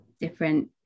different